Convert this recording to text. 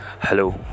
Hello